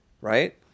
Right